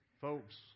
Folks